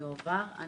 יועבר.